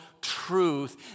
truth